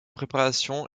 préparation